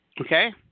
Okay